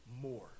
more